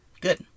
Good